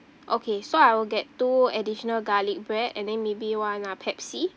okay so I will get two additional garlic bread and then maybe one uh pepsi